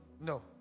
No